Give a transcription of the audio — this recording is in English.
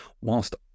whilst